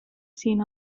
seen